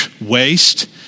waste